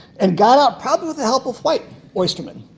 and got out probably with the help of white oysterman.